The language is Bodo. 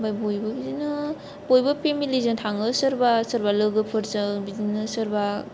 आमफ्राय बयबो बिदिनो बयबो फेमिलिजों थाङो सोरबा सोरबा लोगोफोरजों बिदिनो सोरबा